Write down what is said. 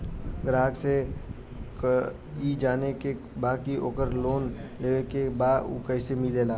ग्राहक के ई जाने के बा की ओकरा के लोन लेवे के बा ऊ कैसे मिलेला?